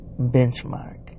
benchmark